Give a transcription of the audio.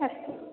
अस्तु